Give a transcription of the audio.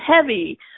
heavy